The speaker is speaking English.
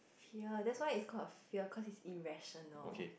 fear that's why it's called a fear called its irrational